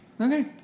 Okay